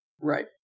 Right